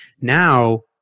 Now